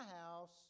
house